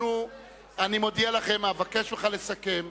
אני מודיע לכם, אבקש ממך לסכם.